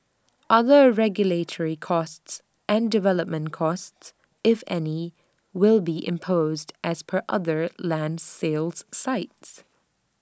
other regulatory costs and development costs if any will be imposed as per other land sales sites